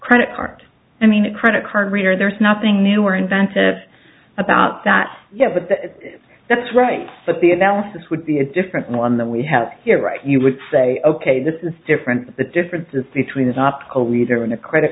credit card i mean a credit card reader there's nothing new or inventive about that yet but that's right but the analysis would be a different one that we have here right you would say ok this is different the differences between the top a leader and a credit